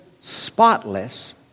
spotless